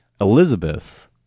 Elizabeth